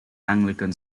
anglican